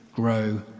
Grow